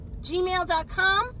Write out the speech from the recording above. gmail.com